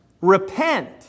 Repent